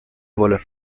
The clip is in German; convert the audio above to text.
wolle